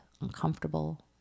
uncomfortable